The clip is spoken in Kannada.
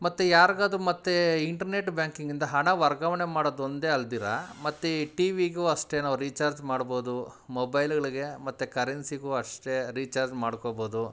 ಮತ್ತು ಯಾರಿಗಾದ್ರು ಮತ್ತೆ ಇಂಟ್ರ್ನೆಟ್ ಬ್ಯಾಂಕಿಂಗಿಂದ ಹಣ ವರ್ಗಾವಣೆ ಮಾಡೋದು ಒಂದೇ ಅಲ್ಲದಿರ ಮತ್ತು ಈ ಟಿ ವಿಗು ಅಷ್ಟೇ ನಾವು ರಿಚಾರ್ಜ್ ಮಾಡ್ಬೋದು ಮೊಬೈಲುಗಳಿಗೆ ಮತ್ತು ಕರೆನ್ಸಿಗೂ ಅಷ್ಟೇ ರಿಚಾರ್ಜ್ ಮಾಡ್ಕೊಬೋದು